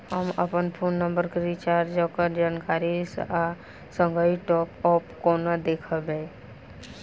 हम अप्पन phone number केँ रिचार्जक जानकारी आ संगहि टॉप अप कोना देखबै?